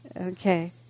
Okay